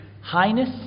highness